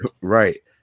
right